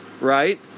right